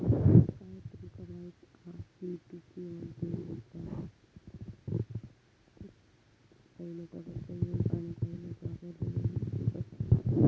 काय तुमका माहित हा पी.टू.पी मध्ये काही लोका कर्ज घेऊक आणि काही लोका कर्ज देऊक इच्छुक असतत